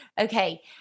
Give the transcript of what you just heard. Okay